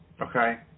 Okay